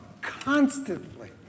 constantly